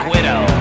Widow